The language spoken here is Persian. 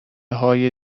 های